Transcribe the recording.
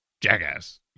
Jackass